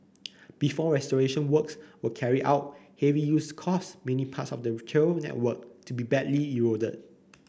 before restoration works were carried out heavy use caused many parts of the trail network to be badly eroded